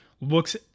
looks